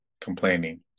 complaining